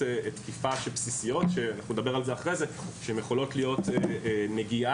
תקיפה בסיסיות - נדבר על זה אחר כך שיכולות להיות נגיעה,